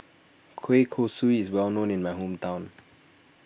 Kueh Kosui is well known in my hometown